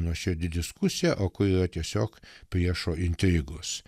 nuoširdi diskusija o kur yra tiesiog priešo intrigos